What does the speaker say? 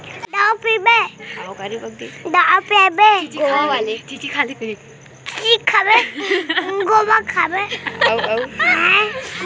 आज के दिन बादर म कोनो मनखे के सरीर म कुछु नइ रहिगे हवय कोन ल कोन बखत काय हो जाही कोनो ह नइ जानय